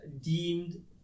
deemed